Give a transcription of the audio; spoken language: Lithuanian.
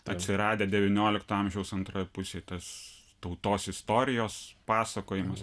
atsiradę devyniolikto amžiaus antroj pusėj tas tautos istorijos pasakojimas